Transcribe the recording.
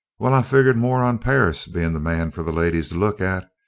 well, i'd of figured more on perris being the man for the ladies to look at.